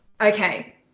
Okay